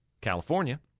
california